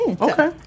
okay